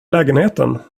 lägenheten